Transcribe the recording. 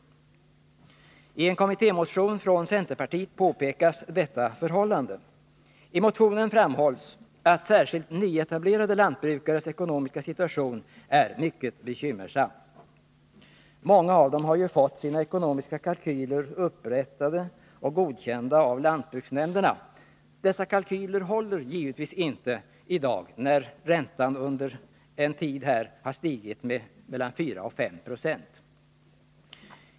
I en kommittémotion från centerpartiet påpekas detta förhållande. I motionen framhålls att framför allt de nyetablerade lantbrukarnas ekonomiska situation är mycket bekymmersam. Många av dessa lantbrukare har fått sina ekonomiska kalkyler upprättade och godkända av lantbruksnämnderna. Dessa kalkyler håller givetvis inte i dag, när räntan nu har stigit med mellan 4 och 5 26.